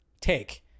take